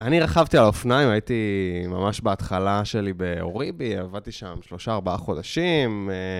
רכבתי על אופניים, הייתי... ממש בהתחלה שלי באוריבי, עבדתי שם 3-4 חודשים.